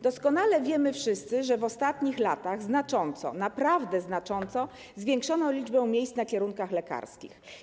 Doskonale wiemy wszyscy, że w ostatnich latach znacząco, naprawdę znacząco zwiększono liczbę miejsc na kierunkach lekarskich.